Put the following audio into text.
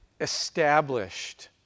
established